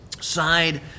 side